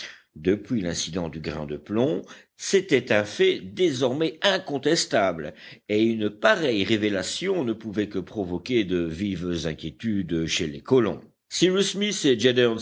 depuis l'incident du grain de plomb c'était un fait désormais incontestable et une pareille révélation ne pouvait que provoquer de vives inquiétudes chez les colons cyrus smith et